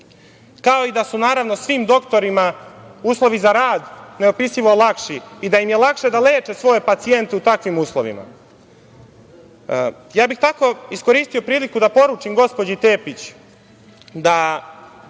kao i da su naravno svim doktorima uslovi za rad neopisivo lakši i da im je lakše da leče svoje pacijente u takvim uslovima. Iskoristio bih priliku da poručim gospođi Tepić da